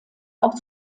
auch